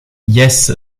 jes